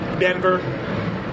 Denver